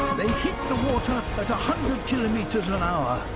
they hit the water at a hundred kilometers an hour.